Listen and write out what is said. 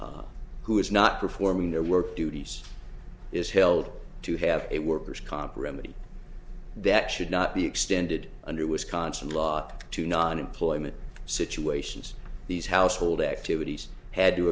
employee who is not performing their work duties is held to have a worker's comp remedy that should not be extended under wisconsin lot to non employment situations these household activities had to